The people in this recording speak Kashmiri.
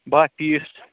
باہ پیٖس